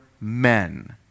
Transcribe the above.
men